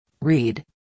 Read